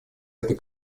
этой